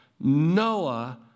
Noah